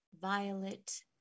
violet